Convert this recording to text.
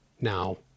now